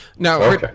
Now